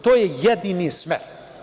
To je jedini smer.